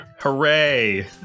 Hooray